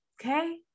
okay